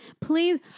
Please